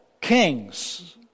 kings